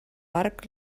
arc